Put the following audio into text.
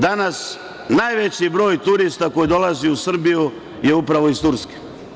Danas najveći broj turista koji dolazi u Srbiju je upravo iz Turske.